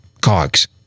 cogs